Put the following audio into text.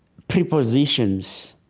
prepositions.